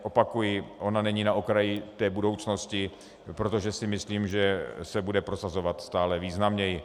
Opakuji, ona není na okraji té budoucnosti, protože si myslím, že se bude prosazovat stále významněji.